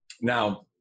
Now